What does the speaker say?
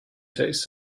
taste